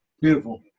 Beautiful